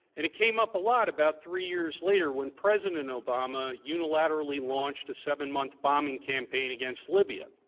and it came up a lot about three years later when president obama unilaterally launched a seven month bombing campaign against libya.